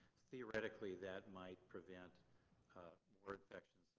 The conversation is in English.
theoretically that might prevent more infections